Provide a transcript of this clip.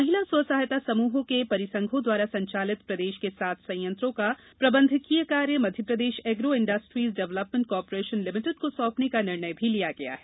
महिला स्व सहायता समूहों के परिसंघों द्वारा संचालित प्रदेश के सात संयंत्रों का प्रबंधकीय कार्य Madhya Pradesh agro industries development corporation Ltd को सौंपने का निर्णय लिया है